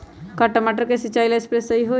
का टमाटर के सिचाई ला सप्रे सही होई?